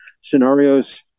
scenarios